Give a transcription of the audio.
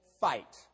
Fight